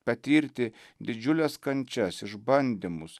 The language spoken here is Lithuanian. patirti didžiules kančias išbandymus